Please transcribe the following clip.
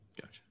Gotcha